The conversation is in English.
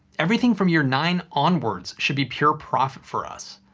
everything from year nine onwards should be pure profit for us,